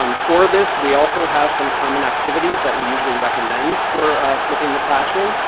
um for this, we also have some common activities that we usually recommend for flipping the classroom,